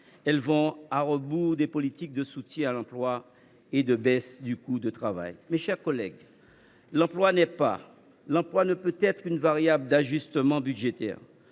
Elles vont à rebours des politiques de soutien à l’emploi et de baisse du coût de travail. Mes chers collègues, l’emploi n’est pas, ne peut pas être une variable d’ajustement budgétaire.